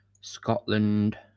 Scotland